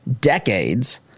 decades